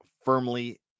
firmly